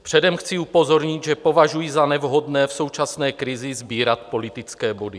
Předem chci upozornit, že považuji za nevhodné v současné krizi sbírat politické body.